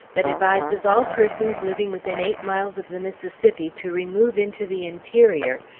that advises all persons living within eight miles of the mississippi to remove into the interior,